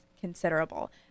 considerable